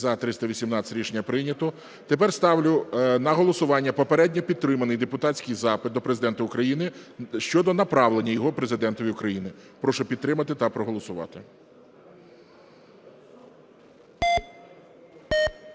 За-318 Рішення прийнято. Тепер ставлю на голосування попередньо підтриманий депутатський запит до Президента України щодо направлення його Президенту України. Прошу підтримати та проголосувати. 12:26:46